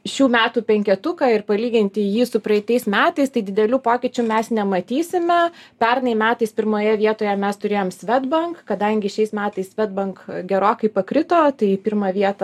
šių metų penketuką ir palyginti jį su praeitais metais tai didelių pokyčių mes nematysime pernai metais pirmoje vietoje mes turėjome swedbank kadangi šiais metais swedbank gerokai pakrito tai į pirmą vietą